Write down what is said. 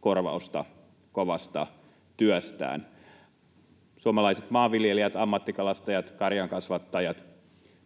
korvausta kovasta työstään. Suomalaiset maanviljelijät, ammattikalastajat, karjankasvattajat ja